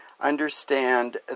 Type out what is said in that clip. understand